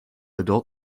adult